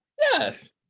Yes